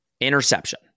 Interception